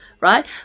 right